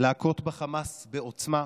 להכות בחמאס בעוצמה.